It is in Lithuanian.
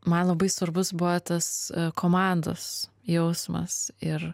man labai svarbus buvo tas komandos jausmas ir